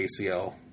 ACL